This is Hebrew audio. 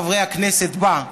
בחברי הכנסת בה,